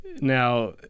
now